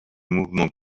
mouvements